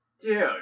Dude